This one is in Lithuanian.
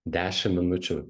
dešim minučių